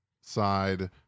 side